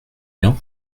bien